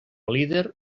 líder